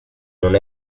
non